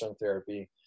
therapy